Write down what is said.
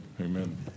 Amen